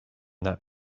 that